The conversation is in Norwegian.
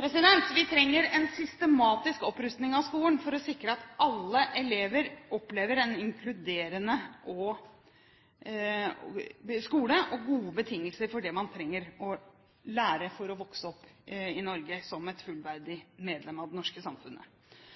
Vi trenger en systematisk opprustning av skolen for å sikre at alle elever opplever en inkluderende skole og gode betingelser for å lære det man trenger for å vokse opp i Norge som et fullverdig medlem av det norske samfunnet.